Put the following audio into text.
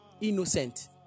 innocent